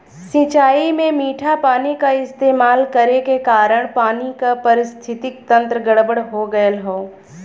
सिंचाई में मीठा पानी क इस्तेमाल करे के कारण पानी क पारिस्थितिकि तंत्र गड़बड़ हो गयल हौ